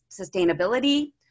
sustainability